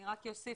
אני רק אוסיף,